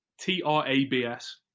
T-R-A-B-S